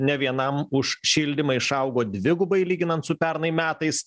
ne vienam už šildymą išaugo dvigubai lyginant su pernai metais